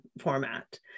format